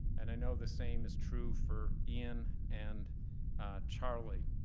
and i know the same is true for ian and charlie.